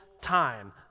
time